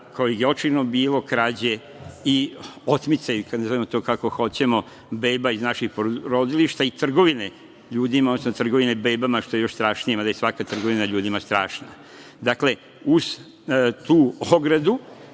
gde je očajno bilo krađe i otmica, kad nazovemo to kako hoćemo, beba iz naših porodilišta i trgovine ljudima, odnosno trgovine bebama, što je još strašnije, mada je svaka trgovina ljudima strašna.I komisija